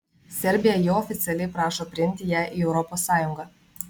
serbija jau oficialiai prašo priimti ją į europos sąjungą